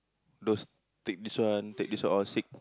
those take this one take this one all sick